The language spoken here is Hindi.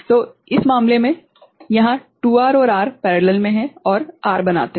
तो इस मामले में यहाँ 2R और 2R समानांतर में हैं और R बनाते है